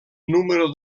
número